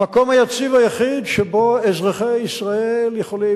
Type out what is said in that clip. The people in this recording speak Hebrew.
המקום היציב היחיד שבו אזרחי ישראל יכולים